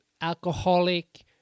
alcoholic